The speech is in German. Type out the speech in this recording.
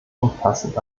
umfassend